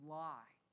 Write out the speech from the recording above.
lie